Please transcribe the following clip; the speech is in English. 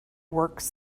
works